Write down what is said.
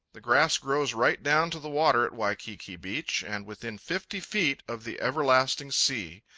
the grass grows right down to the water at waikiki beach, and within fifty feet of the everlasting sea.